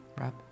Rob